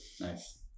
nice